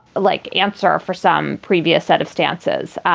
like answer for some previous set of stances,